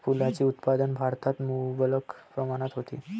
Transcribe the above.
फुलांचे उत्पादन भारतात मुबलक प्रमाणात होते